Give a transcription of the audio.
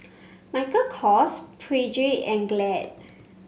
Michael Kors Peugeot and Glade